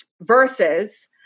versus